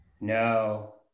no